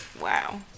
wow